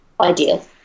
ideal